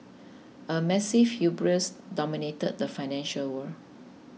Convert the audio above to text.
a massive hubris dominated the financial world